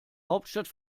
hauptstadt